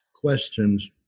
questions